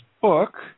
book